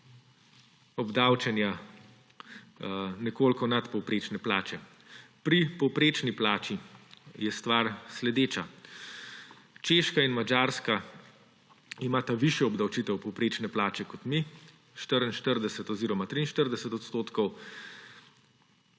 obdavčenja nekoliko nadpovprečne plače. Pri povprečni plači je stvar sledeča: Češka in Madžarska imata višjo obdavčitev povprečne plače kot mi – 44 oziroma 43 odstotkov